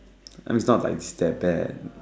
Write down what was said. I mean it's not like it's that bad